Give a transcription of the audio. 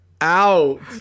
out